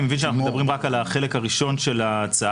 אני מבין שאנחנו מדברים רק על החלק הראשון של ההצעה.